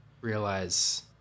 realize